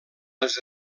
les